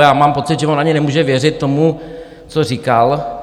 Já mám pocit, že on ani nemůže věřit tomu, co říkal.